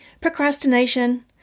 procrastination